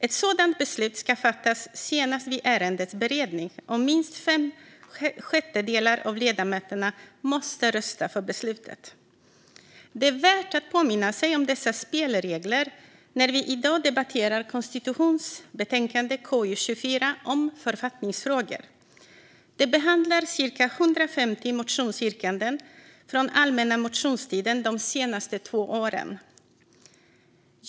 Ett sådant beslut ska fattas senast vid ärendets beredning, och minst fem sjättedelar av ledamöterna måste rösta för beslutet. Det är värt att påminna sig om dessa spelregler när vi i dag debatterar konstitutionsutskottets betänkande 24 om författningsfrågor. Det behandlar cirka 150 motionsyrkanden från allmänna motionstiden de senaste två åren.